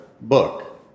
book